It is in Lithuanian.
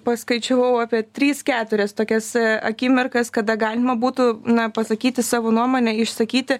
paskaičiavau apie tris keturias tokias akimirkas kada galima būtų na pasakyti savo nuomonę išsakyti